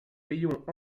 payons